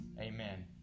amen